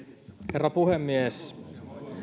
herra puhemies